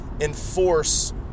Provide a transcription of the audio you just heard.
enforce